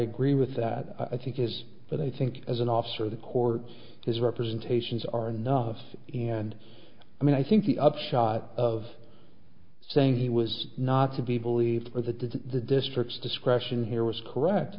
agree with that i think is that i think as an officer of the court as representations are enough and i mean i think the upshot of saying he was not to be believed was a did the district's discretion here was correct